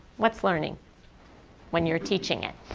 what's learning when you're teaching it?